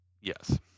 Yes